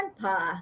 grandpa